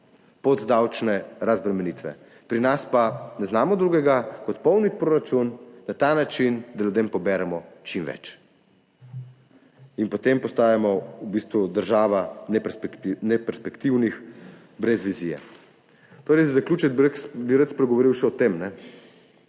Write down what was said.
pot davčne razbremenitve. Pri nas pa ne znamo drugega, kot polniti proračun na ta način, da ljudem poberemo čim več, in potem postajamo v bistvu država neperspektivnih, brez vizije. Za zaključek bi rad spregovoril še o tem.